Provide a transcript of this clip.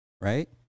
Right